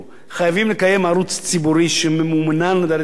חייבים לקיים ערוץ ציבורי שממומן על-ידי הציבור,